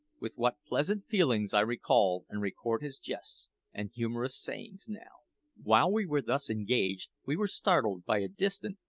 with what pleasant feelings i recall and record his jests and humorous sayings now! while we were thus engaged we were startled by a distant,